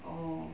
oh